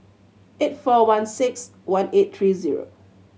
eight four one six one eight three zero